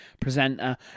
presenter